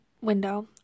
window